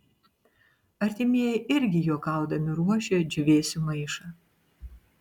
artimieji irgi juokaudami ruošia džiūvėsių maišą